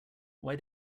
why